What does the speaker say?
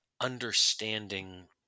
understanding